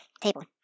table